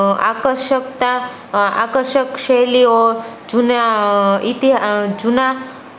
આકર્ષકતા આકર્ષક શૈલીઓ જૂના જૂના